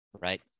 right